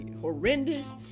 horrendous